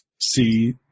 see